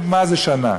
מה זה שנה?